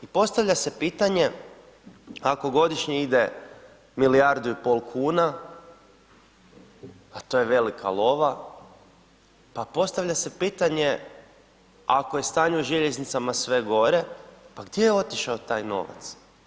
I postavlja se pitanje, ako godišnje ide 1,5 milijardu kuna, a to je velika lova, pa postavlja se pitanje, ako je stanje u željeznicama sve gore, pa gdje je otišao taj novac.